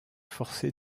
forcé